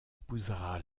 épousera